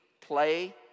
play